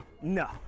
No